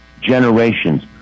generations